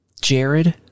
Jared